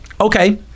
Okay